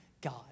God